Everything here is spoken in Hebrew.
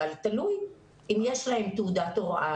אבל תלוי אם יש להם תעודת הוראה,